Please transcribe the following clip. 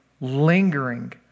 lingering